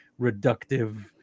reductive